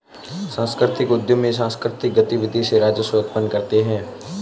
सांस्कृतिक उद्यमी सांकृतिक गतिविधि से राजस्व उत्पन्न करते हैं